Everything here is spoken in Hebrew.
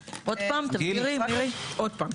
פעם.